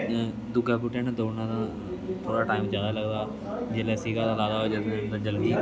दूआ बूटे ने दोड़ने दा थोह्ड़ा टाइम ज्यादा लगदा जेल्लै सीता दा लाए दा होवे थोह्ड़ा जल्दी